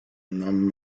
non